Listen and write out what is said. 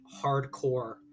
hardcore